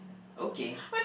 okay